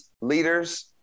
leaders